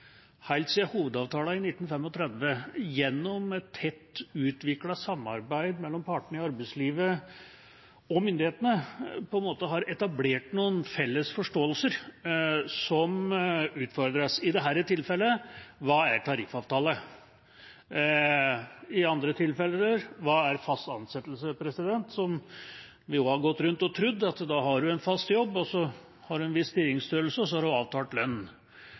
gjennom et tett utviklet samarbeid mellom partene i arbeidslivet og myndighetene har etablert noen felles forståelser som utfordres, i dette tilfellet: Hva er tariffavtale? I andre tilfeller: Hva er fast ansettelse? Vi har gått rundt og trodd at da har man en fast jobb og en viss stillingsstørrelse og